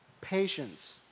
Patience